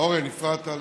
אורן, הפרעת לי,